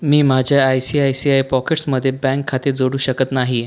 मी माझ्या I C I C I पॉकेट्समध्ये bank खाते जोडू शकत नाही